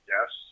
Yes